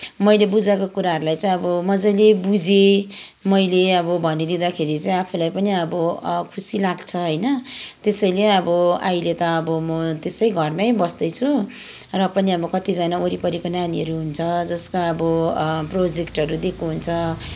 मैले बुझाएको कुराहरूलाई चाहिँ अब मज्जाले बुझेँ मैले अब भनिदिँदाखेरि चाहिँ आफूलाई पनि अब खुसी लाग्छ होइन त्यसैले अब अहिले त अब म त्यसै घरमै बस्दैछु र पनि अब कतिजना वरिपरिका नानीहरू हुन्छ जसका अब प्रोजेक्टहरू दिएको हुन्छ